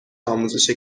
آموزش